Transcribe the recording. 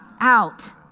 Out